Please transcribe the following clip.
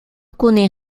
connait